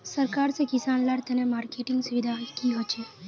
सरकार से किसान लार तने मार्केटिंग सुविधा की होचे?